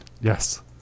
Yes